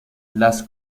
las